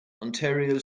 ontario